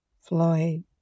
Floyd